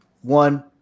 one